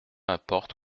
importe